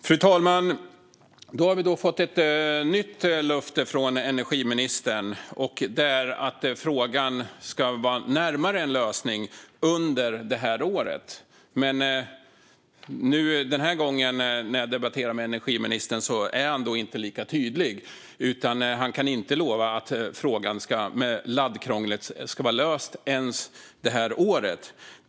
Fru talman! Då har vi fått ett nytt löfte från energiministern, nämligen att frågan ska vara närmare en lösning under det här året. När jag debatterar med energiministern den här gången är han inte lika tydlig. Han kan inte lova att frågan om laddkrånglet ska vara löst ens det här året.